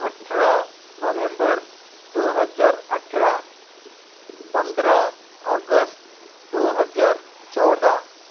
अठारह नवम्बर दो हज़ार अठारह पंद्रह अगस्त दो हज़ार चौदह